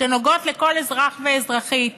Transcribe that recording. ונוגעות לכל אזרח ואזרחית,